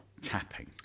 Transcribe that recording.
tapping